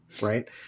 right